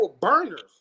burners